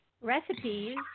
recipes